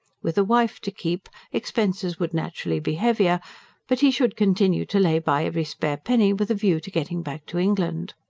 with a wife to keep, expenses would naturally be heavier but he should continue to lay by every spare penny, with a view to getting back to england.